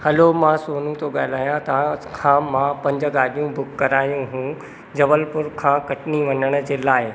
hello मां सोनु थो ॻाल्हायां तव्हांखां मां पंज गाॾियूं बुक करायूं हुयूं जबलपुर खां कटनी वञण जे लाइ